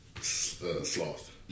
Sloth